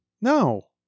No